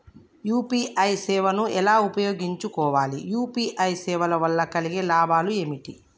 UPI సేవను ఎలా ఉపయోగించు కోవాలి? యూ.పీ.ఐ సేవల వల్ల కలిగే లాభాలు ఏమిటి?